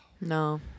No